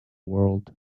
world